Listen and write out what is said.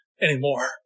anymore